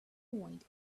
point